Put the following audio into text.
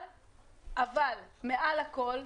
אבל מעל הכול,